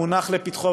מונח לפתחו.